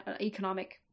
economic